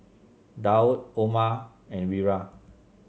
Daud Omar and Wira